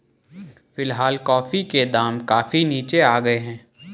फिलहाल कॉफी के दाम काफी नीचे आ गए हैं